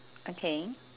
okay